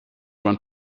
when